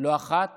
לא אחת